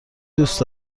دوست